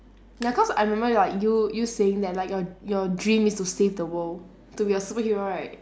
ya cause I remember like you you saying that like your your dream is to save the world to be a superhero right